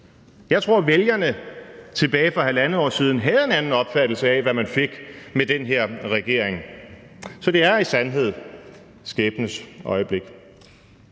Jeg tror, at vælgerne tilbage fra halvandet år siden havde en anden opfattelse af, hvad man fik med den her regering. Så det er i sandhed skæbnens øjeblik.